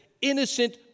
innocent